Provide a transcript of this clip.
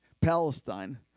Palestine